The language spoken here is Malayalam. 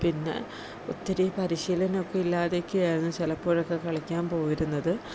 പിന്നെ ഒത്തിരി പരിശീലനൊക്കെ ഇല്ലാതൊക്കെയായിരുന്നു ചിലപ്പോഴൊക്കെ കളിക്കാൻ പോയിരുന്നത്